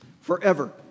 Forever